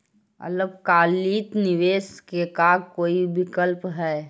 अल्पकालिक निवेश के का कोई विकल्प है?